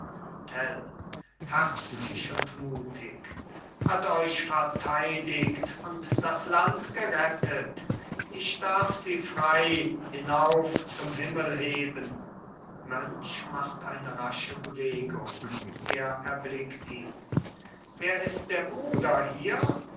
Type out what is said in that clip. herzlich und mutig hat euch verteidigt und das land gerettet ich darf sie frei hinauf zum himmel heben mönch macht eine rasche bewegung er erblickt ihn wer ist der bruder hier